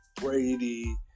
Brady